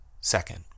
Second